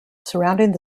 surrounding